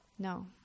No